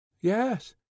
Yes